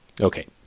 okay